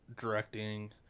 directing